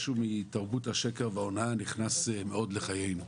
משהו מתרבות השקר וההונאה נכנס מאוד לחיינו.